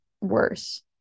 worse